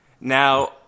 Now